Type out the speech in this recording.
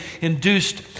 induced